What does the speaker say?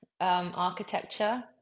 architecture